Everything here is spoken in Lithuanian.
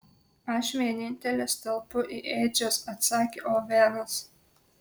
aš vienintelis telpu į ėdžias atsakė ovenas